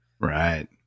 Right